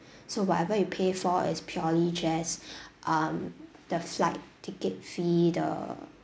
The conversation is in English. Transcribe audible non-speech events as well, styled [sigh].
so whatever you pay for is purely just [breath] um the flight ticket fee the